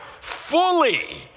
fully